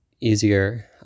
easier